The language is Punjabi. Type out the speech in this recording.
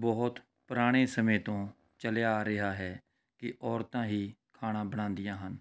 ਬਹੁਤ ਪੁਰਾਣੇ ਸਮੇਂ ਤੋਂ ਚੱਲਿਆ ਆ ਰਿਹਾ ਹੈ ਕਿ ਔਰਤਾਂ ਹੀ ਖਾਣਾ ਬਣਾਉਂਦੀਆਂ ਹਨ